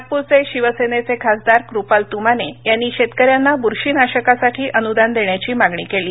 नागपूरचे शिवसेनेचे खासदार कृपाल तुमाने यांनी शेतकऱ्यांना बुरशीनाशकासाठी अनुदान देण्याची मागणी केली